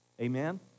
Amen